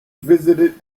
visited